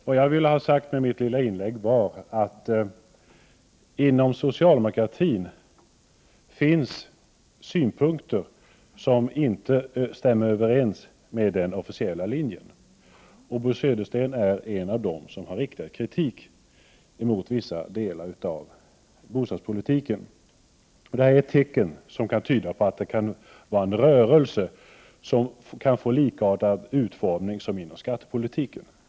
Vad jag ville ha sagt med mitt lilla inlägg var att det inom socialdemokratin finns synpunkter som inte stämmer överens med den officiella linjen. Bo Södersten är en av dem som har riktat kritik mot vissa delar av bostadspolitiken. Det är ett tecken på att det kan vara en rörelse som kan få en utformning likartad den som varit inom skattepolitiken.